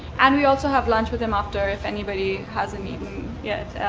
and we also have lunch with him after. if anybody hasn't eaten yet,